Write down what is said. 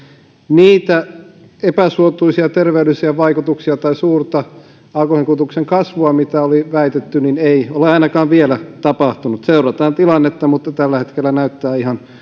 niitä epäsuotuisia terveydellisiä vaikutuksia tai suurta alkoholinkulutuksen kasvua mitä oli väitetty ei ole ainakaan vielä tapahtunut seurataan tilannetta mutta tällä hetkellä näyttää ihan